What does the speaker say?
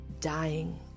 dying